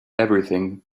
everything